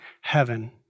heaven